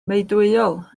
meudwyol